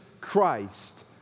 Christ